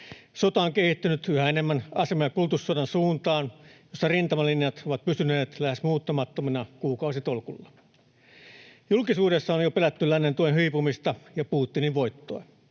Sota on kehittynyt yhä enemmän asema‑ ja kulutussodan suuntaan, jossa rintamalinjat ovat pysyneet lähes muuttumattomina kuukausitolkulla. Julkisuudessa on jo pelätty lännen tuen hiipumista ja Putinin voittoa.